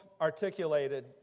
articulated